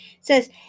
says